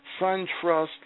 SunTrust